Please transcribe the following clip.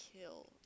kill